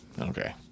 okay